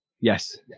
Yes